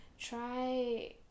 Try